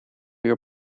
uur